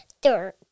dirt